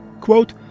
Quote